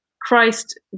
Christ